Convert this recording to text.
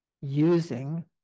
using